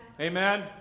Amen